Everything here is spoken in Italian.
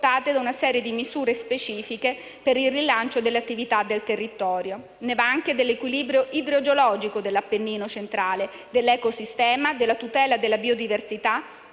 da una serie di misure specifiche per il rilancio delle attività del territorio. Ne va anche dell'equilibrio idrogeologico dell'Appennino centrale, dell'ecosistema, della tutela della biodiversità,